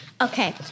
Okay